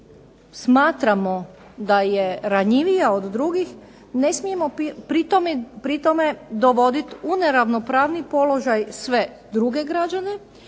smatramo da je ranjivija od drugih, ne smijemo pri tome dovoditi u neravnopravni položaj sve druge građane,